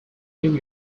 new